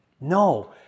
No